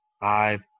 five